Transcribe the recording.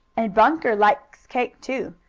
and bunker likes cake, too,